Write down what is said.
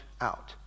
out